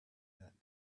that